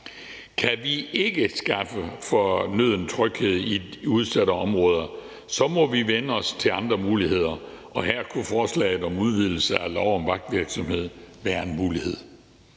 Kan vi ikke skaffe fornøden tryghed i udsatte områder, må vi vende os til andre muligheder, og her kunne forslaget om udvidelse af lov om vagtvirksomhed være en mulighed.